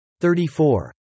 34